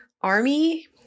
army